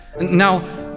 Now